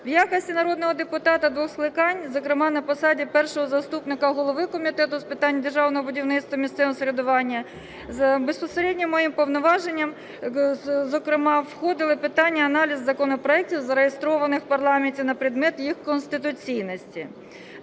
В якості народного депутата двох скликань, зокрема на посаді першого заступника голови Комітету з питань державного будівництва, місцевого самоврядування, безпосередньо до моїх повноважень зокрема входили питання аналізу законопроектів, зареєстрованих в парламенті, на предмет їх конституційності.